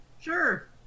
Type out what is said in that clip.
Sure